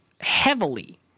heavily